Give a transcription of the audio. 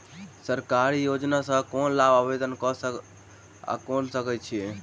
सरकारी योजना केँ लेल आवेदन केँ सब कऽ सकैत अछि?